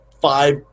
five